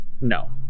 No